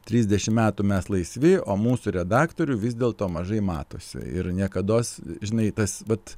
trisdešim metų mes laisvi o mūsų redaktorių vis dėl to mažai matosi ir niekados žinai tas vat